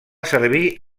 servir